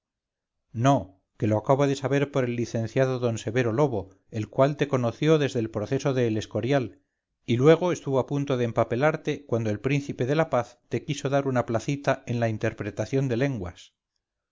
no que lo acabo de saber por el licenciado d severo lobo el cual te conoció desde el proceso de el escorial y luego estuvo a punto de empapelarte cuando el príncipe de la paz te quiso dar una placita en la interpretación de lenguas